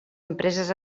empreses